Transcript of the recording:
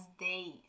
days